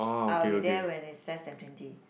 I will be there when it's less than twenty